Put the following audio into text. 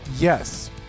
yes